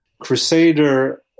Crusader